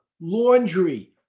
Laundry